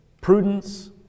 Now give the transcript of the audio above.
prudence